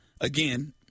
again